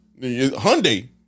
hyundai